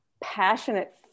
passionate